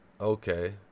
okay